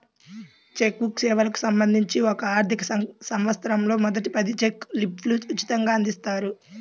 check book సేవలకు సంబంధించి ఒక ఆర్థికసంవత్సరంలో మొదటి పది చెక్ లీఫ్లు ఉచితంగ అందిస్తారు